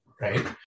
right